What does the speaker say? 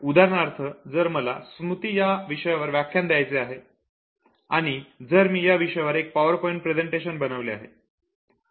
उदाहरणार्थ जर मला स्मृती या विषयावर व्याख्यान द्यायचे आहे आणि जर मी या विषयावर एक पावर पॉइंट प्रेझेंटेशन बनवले आहे